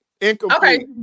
incomplete